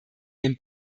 den